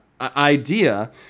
idea